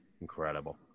Incredible